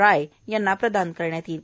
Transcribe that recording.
राय यांना प्रदान करण्यात येईल